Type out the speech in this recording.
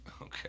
Okay